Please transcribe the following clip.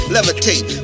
Levitate